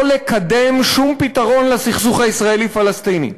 לקדם שום פתרון לסכסוך הישראלי פלסטיני.